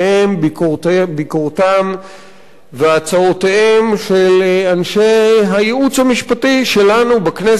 ביקורתם והצעותיהם של אנשי הייעוץ המשפטי שלנו בכנסת: